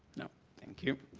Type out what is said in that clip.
no? thank you.